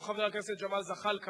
חבר הכנסת ג'מאל זחאלקה,